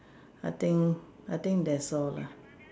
I think I think that's all lah